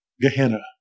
Gehenna